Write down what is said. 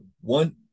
one